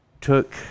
took